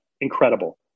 incredible